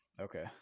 Okay